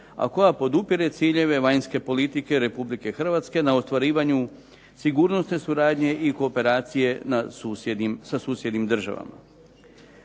a koja podupire ciljeve vanjske politike RH na ostvarivanju sigurnosne suradnje i kooperacije sa susjednim državama.